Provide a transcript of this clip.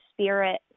spirit